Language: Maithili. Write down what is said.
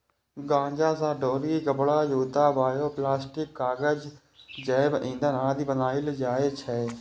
गांजा सं डोरी, कपड़ा, जूता, बायोप्लास्टिक, कागज, जैव ईंधन आदि बनाएल जाइ छै